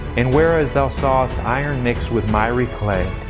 and whereas thou sawest iron mixed with miry clay,